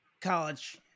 college